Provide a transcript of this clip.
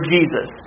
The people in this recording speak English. Jesus